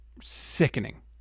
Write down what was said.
sickening